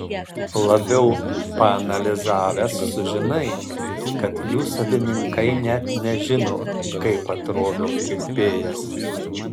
labiau paanalizavęs sužinai kad jų savininkai net nežino kaip atrodo kirpėjas